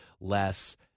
less